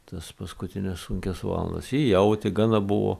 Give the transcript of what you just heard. tas paskutines sunkias valandas ji jautė gana buvo